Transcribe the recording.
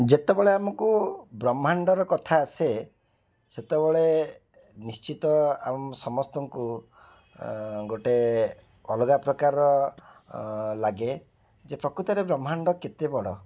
ଯେତେବେଳେ ଆମକୁ ବ୍ରହ୍ମାଣ୍ଡର କଥା ଆସେ ସେତେବେଳେ ନିଶ୍ଚିତ ଆମ ସମସ୍ତଙ୍କୁ ଗୋଟେ ଅଲଗା ପ୍ରକାରର ଲାଗେ ଯେ ପ୍ରକୃତରେ ବ୍ରହ୍ମାଣ୍ଡ କେତେ ବଡ଼